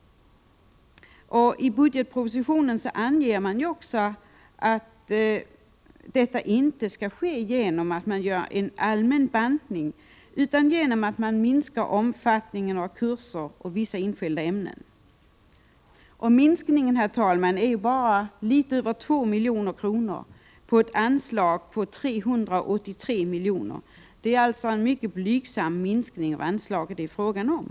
I budgetpropositionen anges också att denna besparing inte skall ske genom att man företar en allmän bantning utan genom att man minskar omfattningen av kurser och vissa enskilda ämnen. Minskningen är, herr talman, bara litet över 2 milj.kr. på ett anslag som omfattar 383 milj.kr. Det är alltså en mycket blygsam minskning av anslaget som det är fråga om.